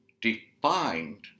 defined